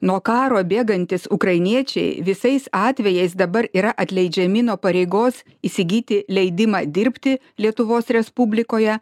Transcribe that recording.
nuo karo bėgantys ukrainiečiai visais atvejais dabar yra atleidžiami nuo pareigos įsigyti leidimą dirbti lietuvos respublikoje